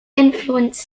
influence